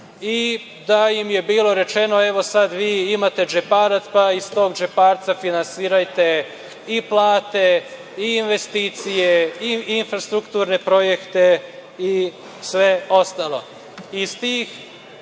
i da im je bilo rečeno – evo, sad vi imate džeparac, pa iz tog džeparca finansirajte i plate i investicije i infrastrukturne projekte i sve ostalo. Zbog